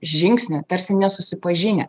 žingsnio tarsi nesusipažinę